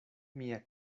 mia